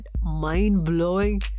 mind-blowing